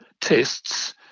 tests